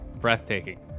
breathtaking